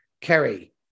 Kerry